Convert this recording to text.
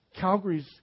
Calgary's